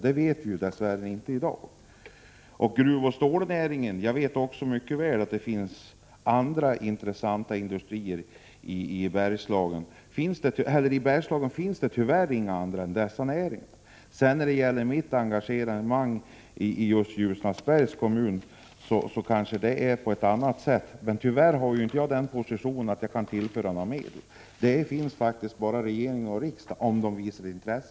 Därom vet vi — dess värre — inte någonting i dag. Så till gruvoch stålnäringen. I Bergslagen finns det tyvärr inte några andra industrier än dessa näringar. När det gäller mitt engagemang i just